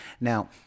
Now